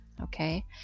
okay